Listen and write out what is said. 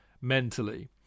mentally